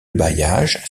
bailliages